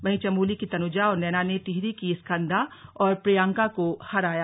वहीं चमोली की तनुजा और नैना ने टिहरी की स्कन्धा और प्रियांका को हराया